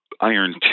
iron